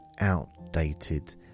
outdated